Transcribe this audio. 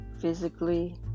physically